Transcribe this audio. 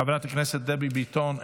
חברת הכנסת דבי ביטון,